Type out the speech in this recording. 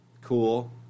cool